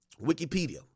Wikipedia